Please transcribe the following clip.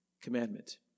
commandment